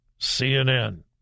CNN